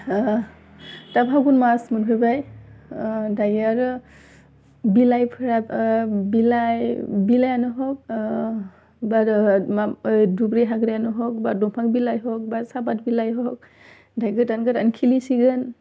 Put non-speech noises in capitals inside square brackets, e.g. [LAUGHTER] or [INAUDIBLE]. दा फागुन माच मोनफैबाय दायो आरो बिलाइफ्रा बिलाइ बिलाइयानो हग [UNINTELLIGIBLE] दुब्रि हाग्नायानो हग बा दंफां बिलाइ हग बा साफाट बिलाइ हग दायो गोदान गोदान खिलिसिगोन